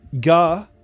Gah